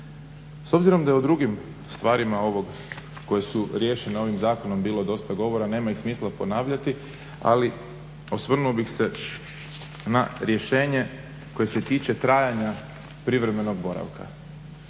S obzirom da je u drugim stvarima koje su riješene ovim zakonom bilo dosta govora nema ih smisla ponavljati, ali osvrnuo bih se na rješenje koje se tiče trajanja privremenog boravka.